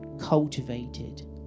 cultivated